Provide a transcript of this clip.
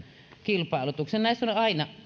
kilpailutuksen näissä on aina